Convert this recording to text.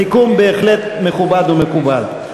סיכום בהחלט מכובד ומקובל.